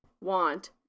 want